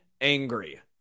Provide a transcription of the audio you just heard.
angry